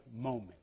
moment